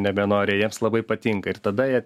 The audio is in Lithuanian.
nebenori jiems labai patinka ir tada jie